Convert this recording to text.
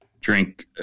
drink